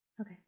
Okay